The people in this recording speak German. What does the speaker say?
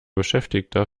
beschäftigter